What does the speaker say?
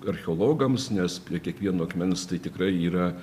archeologams nes prie kiekvieno akmens tai tikrai yra